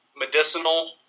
medicinal